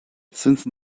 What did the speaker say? since